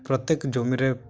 ପ୍ରତ୍ୟେକ ଜମିରେ